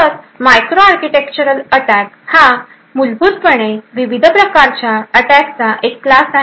तर microarchitectural attack हा मूलभूतपणे विविध प्रकारच्या अटॅकचा एक क्लास आहे